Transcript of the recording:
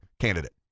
candidate